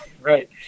right